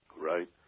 right